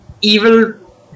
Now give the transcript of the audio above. evil